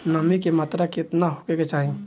नमी के मात्रा केतना होखे के चाही?